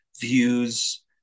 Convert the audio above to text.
views